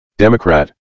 Democrat